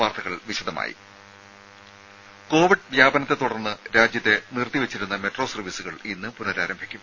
വാർത്തകൾ വിശദമായി കോവിഡ് വ്യാപനത്തെത്തുടർന്ന് രാജ്യത്തെ നിർത്തി വെച്ചിരുന്ന മെട്രോ സർവ്വീസുകൾ ഇന്ന് പുനഃരാരംഭിക്കും